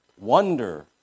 wonder